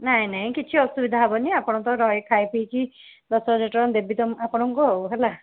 ନାହିଁ ନାହିଁ କିଛି ଅସୁବିଧା ହେବନି ଆପଣଙ୍କର ରହି ଖାଇ ପିଇକି ଦଶହଜାର ଟଙ୍କା ଦେବି ତୁମ ଆପଣଙ୍କୁ ଆଉ ହେଲା